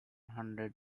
hundred